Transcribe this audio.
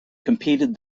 competed